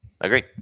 agree